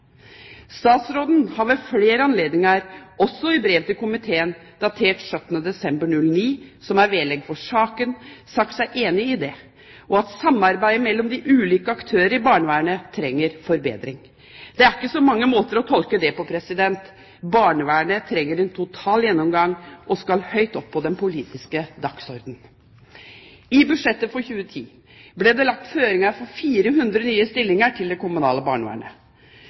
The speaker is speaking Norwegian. Statsråden har ved flere anledninger, også i brev til komiteen datert den 17. desember 2009, som er vedlegg i saken, sagt seg enig i det og i at samarbeidet mellom de ulike aktører i barnevernet trenger forbedring. Det er ikke så mange måter å tolke det på. Barnevernet trenger en total gjennomgang, og det skal høyt opp på den politiske dagsordenen. I budsjettet for 2010 ble det lagt føringer for 400 nye stillinger til det kommunale barnevernet,